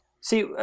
See